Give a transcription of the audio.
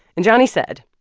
and johnny said,